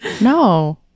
no